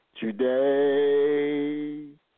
today